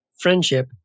friendship